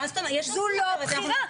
זאת לא בחירה,